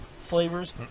flavors